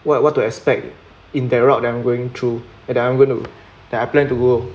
what what to expect in that route that I'm going through and I'm going to that I plan to go